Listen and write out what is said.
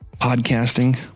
podcasting